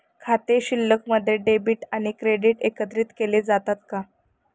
खाते शिल्लकमध्ये डेबिट आणि क्रेडिट एकत्रित केले जातात का?